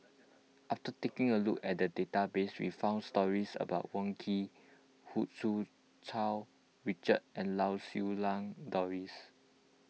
after taking a look at the database we found stories about Wong Keen Hu Tsu Tau Richard and Lau Siew Lang Doris